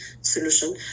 solution